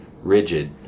rigid